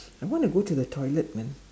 I want to go to the toilet man